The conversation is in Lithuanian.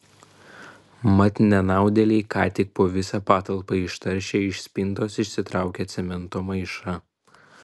mat nenaudėliai ką tik po visą patalpą ištaršė iš spintos išsitraukę cemento maišą